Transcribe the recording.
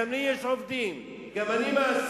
גם לי יש עובדים, גם אני מעסיק.